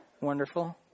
wonderful